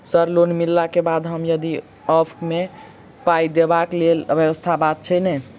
Sir loan मिलला केँ बाद हम यदि ऑफक केँ मे पाई देबाक लैल व्यवस्था बात छैय नै?